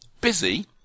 Busy